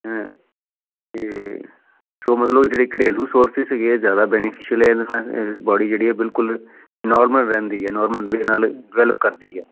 ਅਤੇ ਸੋ ਮਤਲਬ ਜਿਹੜੇ ਘਰੇਲੂ ਸੋਰਸਿਸ ਹੈਗੇ ਹੈ ਇਹ ਜ਼ਿਆਦਾ ਬੈਨੀਫਿਸ਼ਅਲ ਹੈ ਇਹਦੇ ਨਾਲ ਬੋਡੀ ਜਿਹੜੀ ਹੈ ਬਿਲਕੁਲ ਨੋਰਮਲ ਰਹਿੰਦੀ ਹੈ ਨੋਰਮਲ ਵੇ ਨਾਲ ਡਿਵੈਲਪ ਕਰਦੀ ਹੈ